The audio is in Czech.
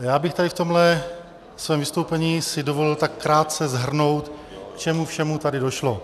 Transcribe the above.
Já bych tady v tomto mém vystoupení si dovolil tak krátce shrnout k čemu všemu tady došlo.